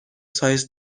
سایز